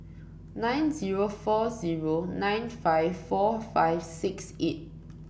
nine zero four zero nine five four five six eight